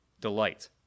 delight